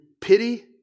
pity